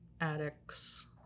addicts